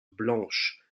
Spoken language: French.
blanche